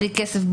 בלי כסף,